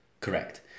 Correct